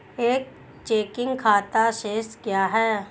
एक चेकिंग खाता शेष क्या है?